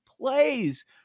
plays